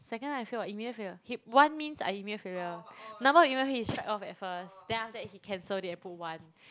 second time I failed what immediate fail he one means I immediate failure number of he strike off at first then after that he cancel it and put one